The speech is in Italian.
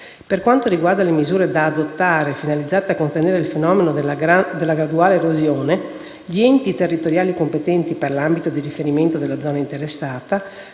Per quanto riguarda le misure da adottare finalizzate a contenere il fenomeno della graduale erosione, gli enti territoriali competenti per l'ambito di riferimento della zona interessata,